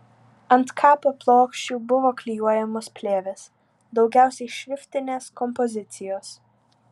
ant kapa plokščių buvo klijuojamos plėvės daugiausiai šriftinės kompozicijos